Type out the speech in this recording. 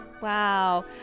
Wow